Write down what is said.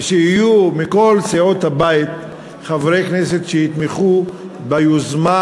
ושיהיו מכל סיעות הבית חברי כנסת שיתמכו ביוזמה